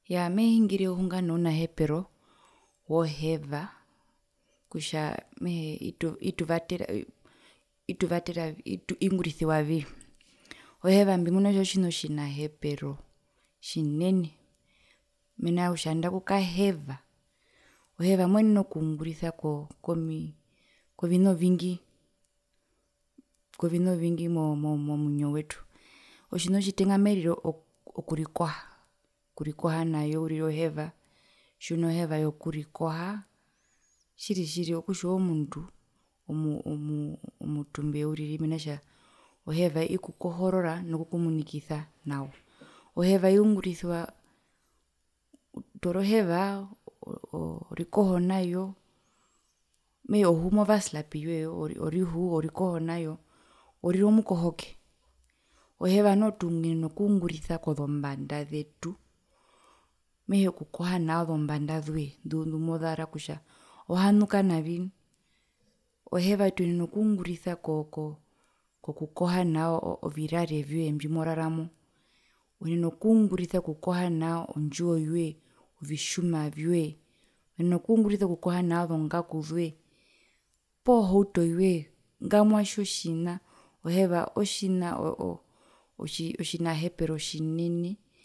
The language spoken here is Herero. Iyaa mehingire ohunga nounahepero woheva kutja mehee kutja ituva itu itu ituvatera iungurisiwavii, oheva mbimuna kutja otjina otjinahepero tjinene mena kutja nandaku kaheva, oheva moenene okungurisa kovina ovingi kovina ovingi mo mo momwinyo wetu otjina otjitenga mairire okurikoha, okurikoha nayo uriri oheva tjiuno heva yokurikoha tjiri tjiri okutja ove omundu omutumbe uriri mena rokutja oheva ikukohorora nokukumunikisa nawa, oheva iungurisiwa oo otoora oheva oo orikoho nayo mehee ohu momawaslapi yoye orikoho nayo mehee orire okukohoke, oheva noho tuyenena okungurisa kozombanda zetu mehee okukoha nao zombanda zoe ndumozara kutja ohanuka navi nuu, oheva tuyenena okungurisa ko ko kokukoha nao virare vyoe mbimoraramo uyenena okungurisa okukoha nao ndjiwo yoe ovitjuma vyoe uyenena okungurisa okukoha nao zongaku zoe ohauto yoe ngamwa itjo tjina oheva otjina otjina hepero tjinene.